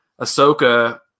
Ahsoka